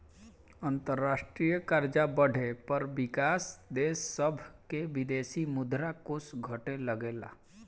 अंतरराष्ट्रीय कर्जा बढ़े पर विकाशील देश सभ के विदेशी मुद्रा कोष घटे लगेला